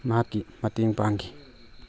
ꯃꯍꯥꯛꯀꯤ ꯃꯇꯦꯡ ꯄꯥꯡꯈꯤ